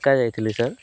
ଏକା ଯାଇଥିଲି ସାର୍